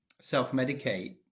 self-medicate